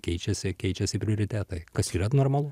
keičiasi keičiasi prioritetai kas yra normalu